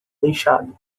deixado